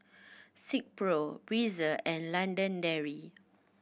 Silkpro Breezer and London Dairy